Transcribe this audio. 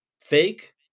fake